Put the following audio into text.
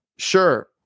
sure